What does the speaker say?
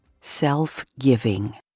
Self-Giving